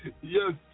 Yes